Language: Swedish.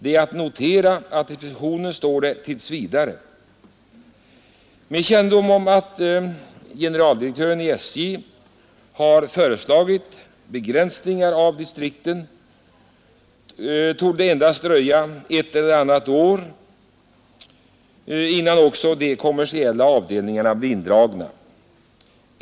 Det är dock att notera att det i propositionen står angivet ”tills vidare” och med kännedom om att generaldirektören i SJ har föreslagit begränsningar av distrikten torde det endast dröja ett eller annat år, innan också de kommersiella avdelningarna blir indragna.